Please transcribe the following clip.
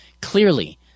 Clearly